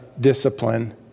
discipline